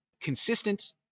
consistent